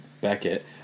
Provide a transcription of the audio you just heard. Beckett